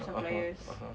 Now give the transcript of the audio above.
(uh huh) (uh huh)